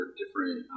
different